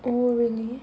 oh really